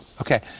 Okay